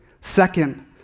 Second